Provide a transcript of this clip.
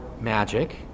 magic